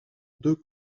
deux